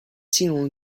金融